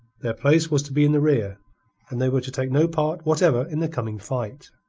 their place was to be in the rear and they were to take no part whatever in the coming fight.